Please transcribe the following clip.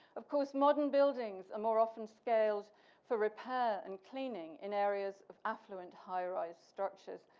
of course, modern buildings are more often scaled for repair and cleaning in areas of affluent high-rise structures.